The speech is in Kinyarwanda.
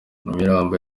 imirambo